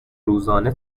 روزانه